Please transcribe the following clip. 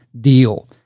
deal